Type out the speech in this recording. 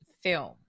film